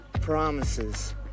promises